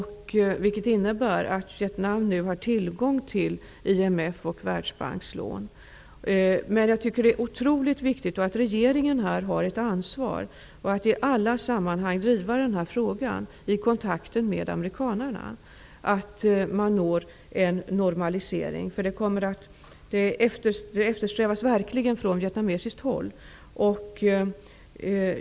Härigenom har Vietnam nu tillgång till IMF och Regeringen har ett oerhört viktigt ansvar för att i alla sammanhang i kontakterna med amerikanerna driva frågan om en normalisering. En sådan eftersträvas verkligen från vietnamesiskt håll.